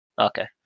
Okay